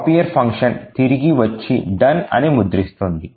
copy year function తిరిగి వచ్చి "done" అని ముద్రిస్తుంది